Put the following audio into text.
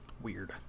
Weird